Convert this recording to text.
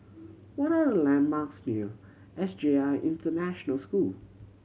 what are the landmarks near S J I International School